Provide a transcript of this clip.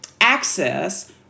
access